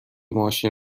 ماشین